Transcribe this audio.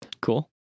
Cool